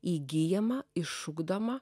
įgyjama išugdoma